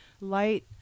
light